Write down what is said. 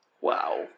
Wow